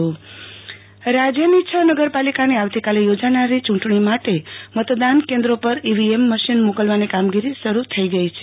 આરતી ભદ્દ ચૂંટણી રાજ્યની છ મહાનગરપાલિકાની આવતીકાલે યોજાનારી યૂંટણી માટે મતદાન કેન્દ્રો પર ઇવીએમ મશીનમોકલવાની કામગીરી શરૂ થઇ છે